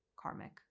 karmic